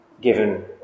given